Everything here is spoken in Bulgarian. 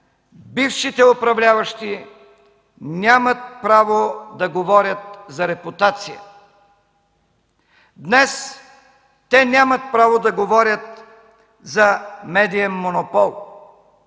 бившите управляващи нямат право да говорят за репутация. Днес те нямат право да говорят за медиен монопол.